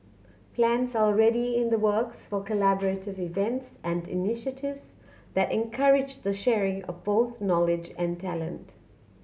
plans are already in the works for collaborative events and initiatives that encourage the sharing of both knowledge and talent